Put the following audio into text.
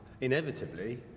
inevitably